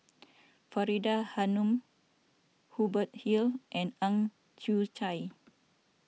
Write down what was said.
Faridah Hanum Hubert Hill and Ang Chwee Chai